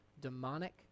demonic